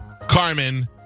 Carmen